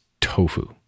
tofu